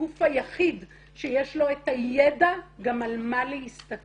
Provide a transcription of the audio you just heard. הגוף היחיד שיש לו את הידע גם על מה להסתכל.